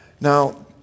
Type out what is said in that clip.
Now